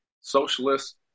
socialist